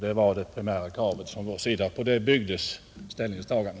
Det var det primära kravet från vår sida, och på det byggde vi vårt ställningstagande,